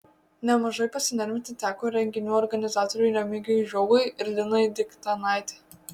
nemažai pasinervinti teko renginių organizatoriui remigijui žiogui ir linai diktanaitei